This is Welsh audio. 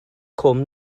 cwm